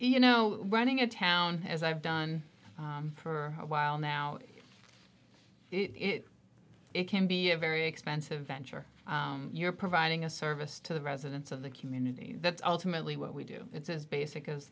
you know running a town as i've done for a while now it can be a very expensive venture you're providing a service to the residents of the community that's ultimately what we do it's as basic as